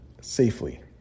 safely